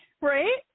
Right